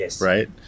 right